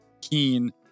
keen